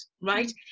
right